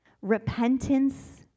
repentance